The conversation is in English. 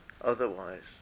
otherwise